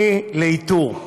לאיתור.